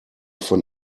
von